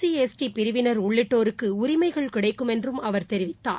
C S T பிரிவினர் உள்ளிட்டோருக்குஉரிமைகள் கிடைக்கும் என்றும் அவர் தெரிவித்தார்